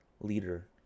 leader